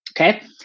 Okay